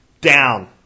down